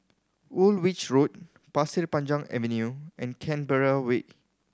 Woolwich Road Pasir Panjang Avenue and Canberra Way